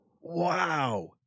wow